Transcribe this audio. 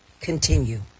continue